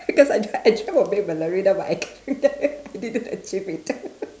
because I tried I throw away ballerina but I ca~ I didn't achieve it